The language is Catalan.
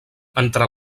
entre